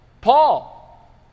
Paul